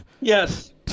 Yes